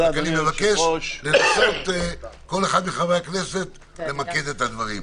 בבקשה למקד את הדברים.